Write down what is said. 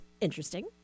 Interesting